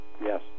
Yes